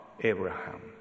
Abraham